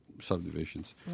subdivisions